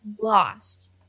lost